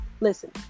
Listen